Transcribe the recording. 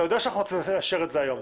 אתה יודע שאנחנו רוצים לאשר את זה היום.